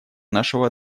нашего